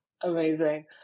Amazing